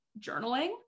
journaling